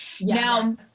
Now